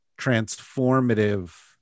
transformative